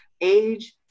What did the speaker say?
age